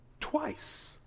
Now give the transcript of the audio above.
twice